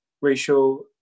racial